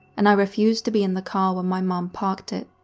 and i refused to be in the car when my mom parked it.